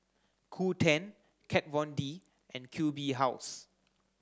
Qoo Ten Kat Von D and Q B House